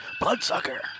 Bloodsucker